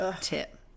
tip